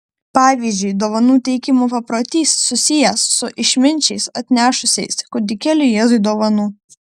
pavyzdžiui dovanų teikimo paprotys susijęs su išminčiais atnešusiais kūdikėliui jėzui dovanų